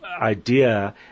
Idea